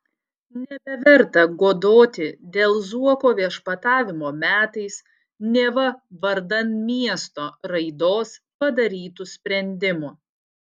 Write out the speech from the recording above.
nebeverta godoti dėl zuoko viešpatavimo metais neva vardan miesto raidos padarytų sprendimų